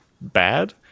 bad